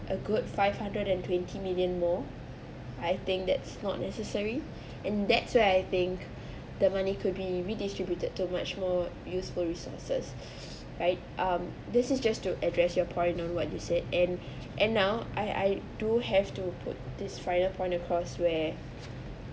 a good five hundred and twenty million more I think that's not necessary and that's where I think the money could be redistributed to much more useful resources right um this is just to address your point on what you said and and now I I do have to put this final point across where